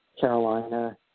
Carolina